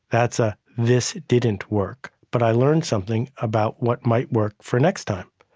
that's a this didn't work. but i learned something about what might work for next time.